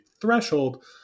threshold